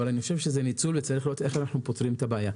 אבל אני חושב שזה ניצול וצריך לראות איך אנחנו פותרים את הבעיה.